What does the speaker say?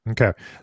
Okay